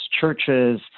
churches